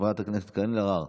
חברת הכנסת קארין אלהרר,